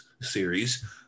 series